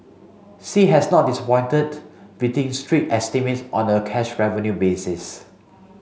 sea has not disappointed beating street estimates on a cash revenue basis